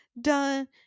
done